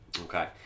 okay